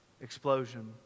explosion